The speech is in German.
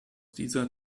dieser